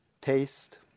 Taste